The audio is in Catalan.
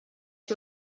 fer